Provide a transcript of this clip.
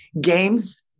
Games